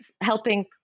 helping